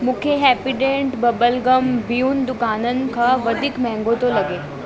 मूंखे Happydent bubble gum ॿियुनि दुकाननि खां वधीक महांगो थो लॻे